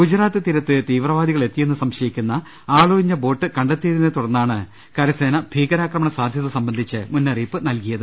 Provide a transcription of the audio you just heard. ഗുജറാത്ത് തീരത്ത് തീവ്രവാദികളെത്തിയെന്ന് സംശയിക്കുന്ന ആളൊ ഴിഞ്ഞ ബോട്ട് കണ്ടെത്തിയതിനെ തുടർന്നാണ് കരസേന ഭീകരാക്രമണ സാധ്യത സംബന്ധിച്ച് മുന്നറിയിപ്പ് നൽകിയത്